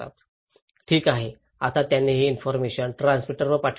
ठीक आहे आता त्यांनी ही इन्फॉरमेशन ट्रान्समीटरवर पाठविली